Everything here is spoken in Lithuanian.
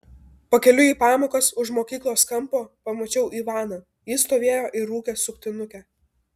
pakeliui į pamokas už mokyklos kampo pamačiau ivaną jis stovėjo ir rūkė suktinukę